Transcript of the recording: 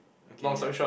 okay ya